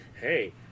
hey